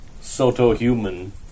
Soto-human